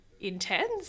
intense